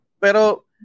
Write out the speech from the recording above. Pero